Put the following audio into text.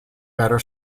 better